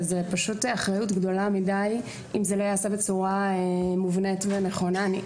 וזה פשוט אחריות גדולה מידי אם זה לא ייעשה בצורה מובנית ונכונה.